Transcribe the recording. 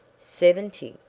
seventy?